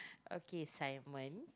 okay Simon